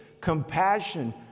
compassion